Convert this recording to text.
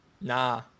Nah